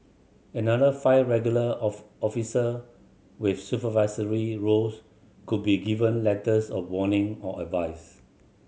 another five regular off officer with supervisory roles could be given letters of warning or advice